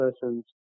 persons